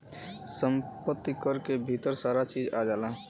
सम्पति कर के भीतर सारा चीज आ जाला